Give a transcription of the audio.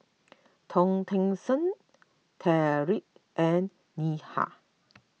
Hortense Trae and Neha